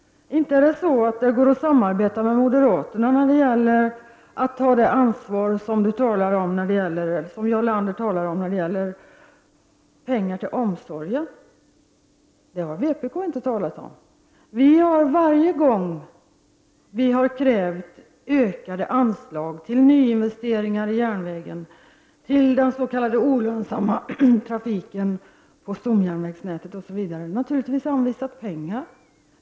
Det går inte att samarbeta med moderaterna när det gäller att ta det ansvar som Jarl Lander talar om när det gäller pengar till omsorgen. Det har vpk inte talat om. Vi har varje gång som vi har krävt ökade anslag till nyinvesteringar i järnvägen, till den s.k. olönsamma trafiken på stomjärnvägsnätet osv., naturligtvis anvisat pengar.